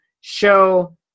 show